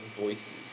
voices